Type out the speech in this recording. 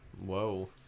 Whoa